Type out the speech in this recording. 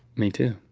me too.